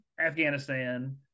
Afghanistan